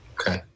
okay